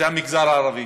זה המגזר הערבי.